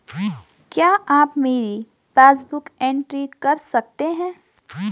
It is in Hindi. क्या आप मेरी पासबुक बुक एंट्री कर सकते हैं?